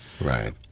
right